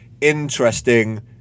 interesting